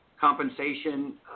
compensation